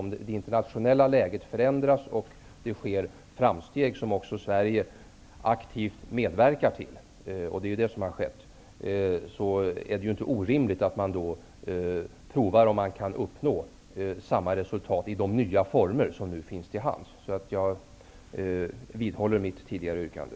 Om det internationella läget förändras och det sker framsteg som även Sverige aktivt medverkar till -- det har ju skett -- är det inte orimligt att prova om samma resultat kan uppnås i de nya former som nu finns till hands. Jag vidhåller mitt tidigare yrkande.